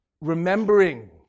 remembering